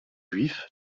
juifs